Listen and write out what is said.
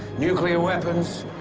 nuclear weapons,